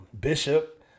Bishop